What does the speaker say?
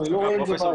זאת?